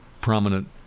prominent